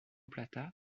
plata